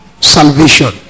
salvation